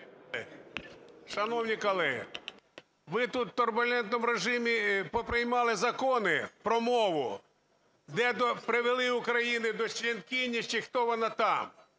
Шановні колеги, ви тут в турбулентному режимі поприймали закони про мову. Привели Україну до "членкині", чи хто вона там.